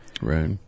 Right